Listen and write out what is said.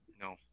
No